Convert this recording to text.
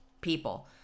people